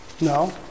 no